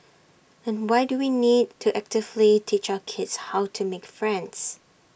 and why do we need to actively teach our kids how to make friends